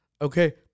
Okay